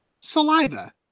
saliva